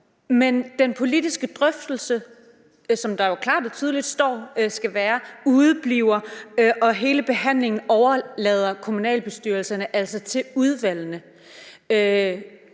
men den politiske drøftelse, som der jo klart og tydeligt står at der skal være, udebliver, og hele behandlingen overlader kommunalbestyrelserne altså til udvalgene.